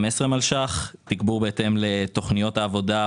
15 מיליון ₪ לתגבור תכניות העבודה,